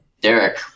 Derek